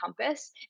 compass